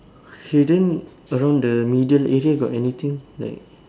okay then around the middle area got anything like